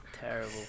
Terrible